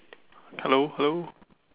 hello hello